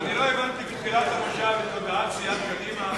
אני לא הבנתי בתחילת המושב את הודעת סיעת קדימה,